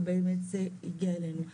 ובאמת זה הגיע אלינו.